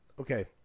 okay